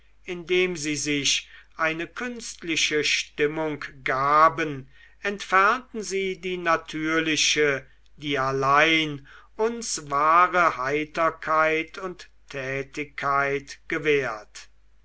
indem sie sich eine künstliche stimmung gaben entfernten sie die natürliche die allein uns wahre heiterkeit und tätigkeit gewährt